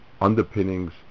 underpinnings